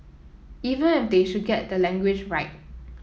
even if they should get the language right